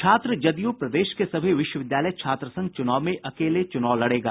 छात्र जदयू प्रदेश के सभी विश्वविद्यालय छात्र संघ चूनाव में अकेले चूनाव लड़ेगा